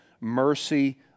mercy